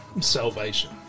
salvation